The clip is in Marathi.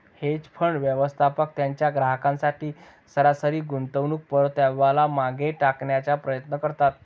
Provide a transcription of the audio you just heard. हेज फंड, व्यवस्थापक त्यांच्या ग्राहकांसाठी सरासरी गुंतवणूक परताव्याला मागे टाकण्याचा प्रयत्न करतात